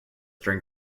drink